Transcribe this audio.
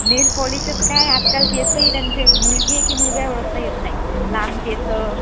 नेलपॉलिशच काय आजकाल केसही त्यांचे मुलगी आहे की मुलगा आहे ओळखता येत नाही लांब केस